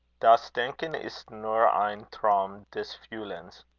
das denken ist nur ein traum des fuhlens,